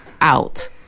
out